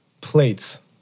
plates